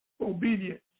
obedience